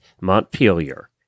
Montpelier